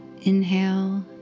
Inhale